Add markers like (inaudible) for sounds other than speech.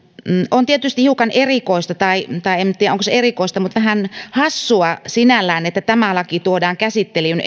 on tietysti hiukan erikoista tai en nyt tiedä onko se erikoista mutta vähän hassua sinällään että tämä laki tuodaan käsittelyyn (unintelligible)